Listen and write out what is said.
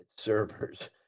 servers